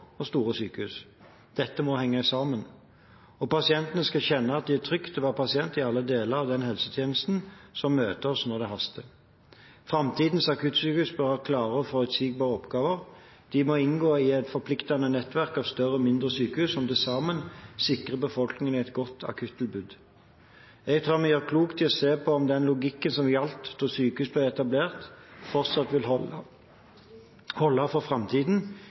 og store sykehus. Dette må henge sammen. Og pasientene skal kjenne at det er trygt å være pasient i alle deler av den helsetjenesten som møter oss når det haster. Framtidens akuttsykehus bør ha klare og forutsigbare oppgaver. De må inngå i et forpliktende nettverk av større og mindre sykehus som til sammen sikrer befolkningen et godt akuttilbud. Jeg tror vi gjør klokt i å se på om den logikken som gjaldt da sykehuset ble etablert, fortsatt vil holde for framtiden,